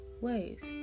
ways